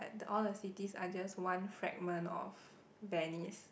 all the cities are just one fragment of venice